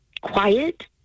quiet